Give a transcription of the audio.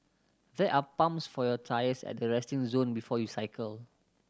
there are pumps for your tyres at the resting zone before you cycle